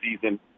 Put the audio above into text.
season